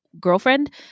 girlfriend